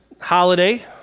holiday